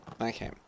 Okay